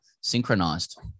synchronized